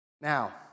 Now